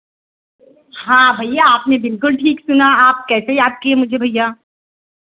हाँ भैया आपने बिल्कुल ठीक सुना आप कैसे याद किए मुझे भैया